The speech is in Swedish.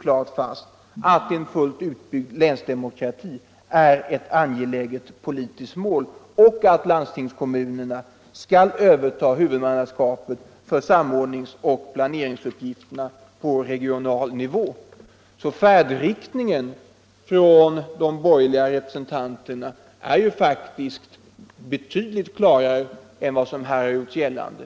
klart fast att en fullVutbyggd länsdemokrati är ett angeläget politiskt mål och att landstingskommunerna skall överta huvudmannaskapet för samordningsoch planeringsuppgifterna på regional nivå. Färdriktningen för de borgerliga representanterna är betydligt klarare än vad som här har gjorts gällande.